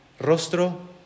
rostro